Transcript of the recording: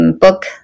book